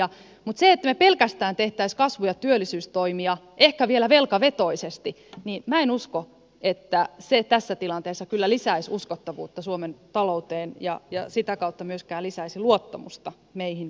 mutta en kyllä usko että se että me pelkästään tekisimme kasvu ja työllisyystoimia ehkä vielä velkavetoisesti mie näin uskoo että se tässä tilanteessa lisäisi uskottavuutta suomen talouteen ja sitä kautta myöskään lisäisi luottamusta meihin päätöksentekijöinä